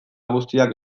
guztiak